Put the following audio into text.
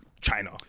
China